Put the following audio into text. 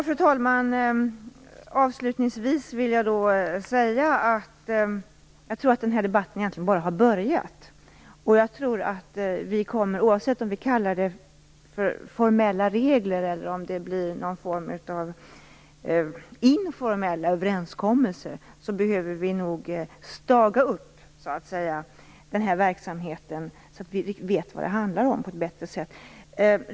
Fru talman! Avslutningsvis vill jag säga att jag tror att den här debatten egentligen bara har börjat. Jag tror att vi nog behöver staga upp den här verksamheten så att vi vet vad det handlar om på ett bättre sätt, oavsett om vi kallar det formella regler eller om det blir någon form av informella överenskommelser.